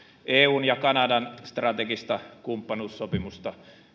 eun ja kanadan strategista kumppanuussopimusta